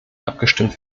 abgestimmt